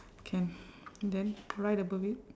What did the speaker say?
can then right above it